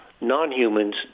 non-humans